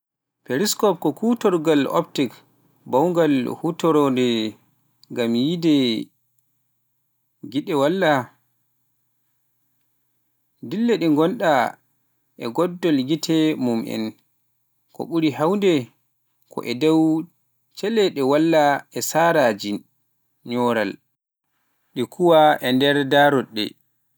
Periskop ko kuutorgal optik baawngal huutoraade ngam yiyde geɗe walla dille ɗe ngonaa e doggol gite mum en, ko ɓuri heewde ko e dow caɗeele walla e saraaji ŋoral. Ina gollira e huutoraade, ndaroɗɗe.